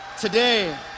today